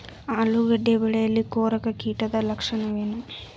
ಆಲೂಗೆಡ್ಡೆ ಬೆಳೆಯಲ್ಲಿ ಕೊರಕ ಕೀಟದ ಲಕ್ಷಣವೇನು?